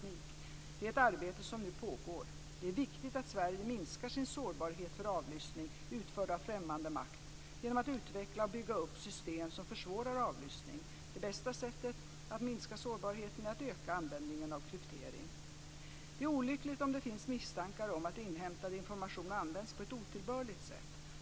Det är ett arbete som nu pågår. Det är viktigt att Sverige minskar sin sårbarhet för avlyssning utförd av främmande makt genom att utveckla och bygga upp system som försvårar avlyssning. Det bästa sättet att minska sårbarheten är att öka användningen av kryptering. Det är olyckligt om det finns misstankar om att inhämtad information används på ett otillbörligt sätt.